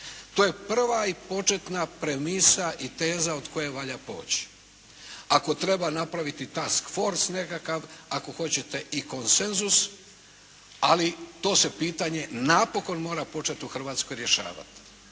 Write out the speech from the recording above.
To je prva i početna premisa i teza od koje valja poći. Ako treba napraviti task force nekakav, ako hoćete i konsenzus ali to se pitanje napokon mora početi u Hrvatskoj rješavati.